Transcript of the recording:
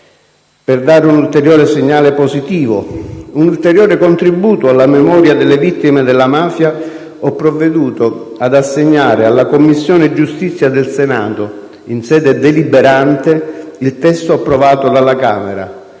Per dare un ulteriore segnale positivo, un ulteriore contributo alla memoria delle vittime della mafia, ho provveduto ad assegnare alla Commissione giustizia del Senato in sede deliberante il testo approvato dalla Camera,